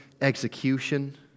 execution